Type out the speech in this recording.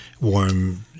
warm